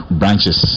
branches